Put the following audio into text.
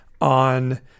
on